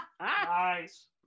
Nice